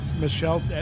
Michelle